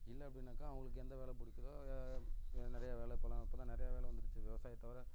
இல்லை அப்படினாக்கா அவங்களுக்கு எந்த வேலை பிடிக்கிதோ நிறைய வேலை இப்போல்லாம் இப்போ தான் நிறையா வேலை வந்துருச்சு விவசாயம் தவிர